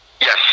Yes